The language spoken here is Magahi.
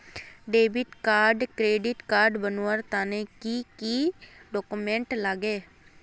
डेबिट आर क्रेडिट कार्ड बनवार तने की की डॉक्यूमेंट लागे?